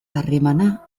harremana